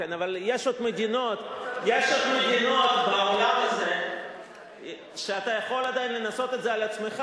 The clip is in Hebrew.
אבל יש עוד מדינות בעולם הזה שאתה יכול עדיין לנסות את זה על עצמך.